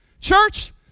Church